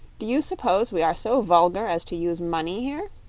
did you suppose we are so vulgar as to use money here?